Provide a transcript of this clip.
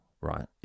right